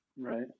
Right